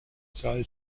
saal